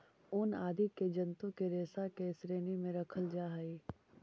ऊन आदि के जन्तु के रेशा के श्रेणी में रखल जा हई